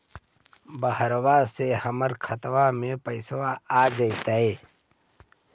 बहरबा से हमर खातबा में पैसाबा आ जैतय?